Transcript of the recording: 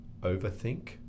overthink